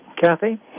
Kathy